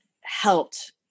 helped